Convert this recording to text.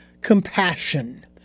compassion